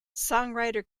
songwriter